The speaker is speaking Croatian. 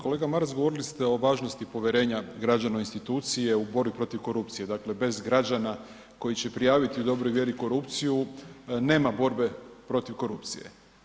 Kolega Maras govorili ste o važnosti povjerenja građana u institucije u borbi protiv korupcije, dakle bez građana koji će prijaviti u dobroj vjeri korupciju, nema borbe protiv korupcije.